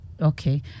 Okay